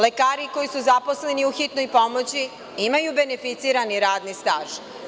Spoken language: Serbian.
Lekari koji su zaposleni u hitnoj pomoći imaju beneficirani radni staž.